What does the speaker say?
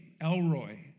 Elroy